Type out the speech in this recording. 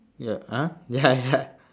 ya uh ya ya